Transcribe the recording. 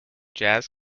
jazz